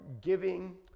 giving